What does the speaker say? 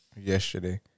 yesterday